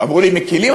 אמרו לי: מקִלים.